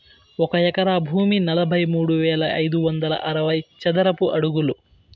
ఒక ఎకరా భూమి నలభై మూడు వేల ఐదు వందల అరవై చదరపు అడుగులు